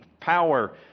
power